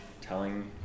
telling